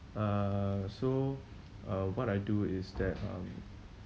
uh so uh what I do is that um